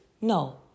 no